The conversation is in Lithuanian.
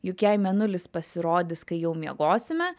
juk jei mėnulis pasirodys kai jau miegosime